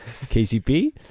KCP